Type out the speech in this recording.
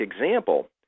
example